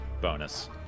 bonus